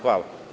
Hvala.